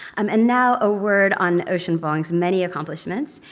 um and now a word on ocean vuong's many accomplishments.